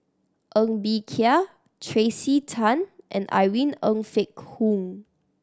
Ng Bee Kia Tracey Tan and Irene Ng Phek Hoong